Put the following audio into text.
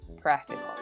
practical